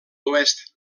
oest